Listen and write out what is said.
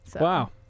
Wow